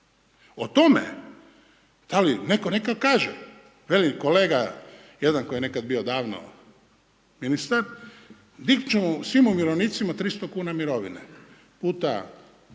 O tome da li netko neka kaže, velim kolega jedan koji je nekada bio davno ministar dignut ćemo svim umirovljenicima 300 kuna mirovine puta